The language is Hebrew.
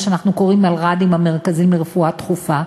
מה שאנחנו קוראים מלר"דים מרכזים לרפואה דחופה,